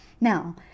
Now